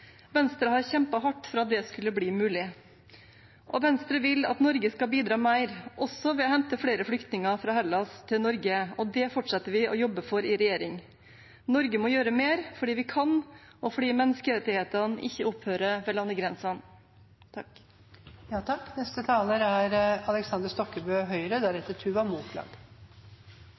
Venstre har kjempet hardt for at det skulle bli mulig. Venstre vil at Norge skal bidra mer – også ved å hente flere flyktninger fra Hellas til Norge – og det fortsetter vi å jobbe for i regjering. Norge må gjøre mer fordi vi kan, og fordi menneskerettighetene ikke opphører ved